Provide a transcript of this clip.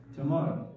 Tomorrow